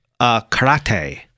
karate